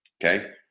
Okay